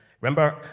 Remember